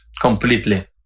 Completely